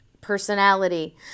personality